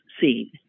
seen